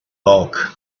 bulk